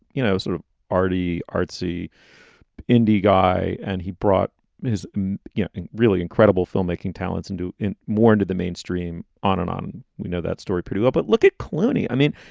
you know, sort of arty, artsy indie guy. and he brought his yeah really incredible filmmaking talents and do it more into the mainstream on and on. we know that story pretty well. but look at clooney. i mean,